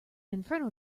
inferno